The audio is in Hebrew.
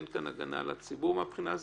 אין כאן הגנה על הציבור מהבחינה הזאת,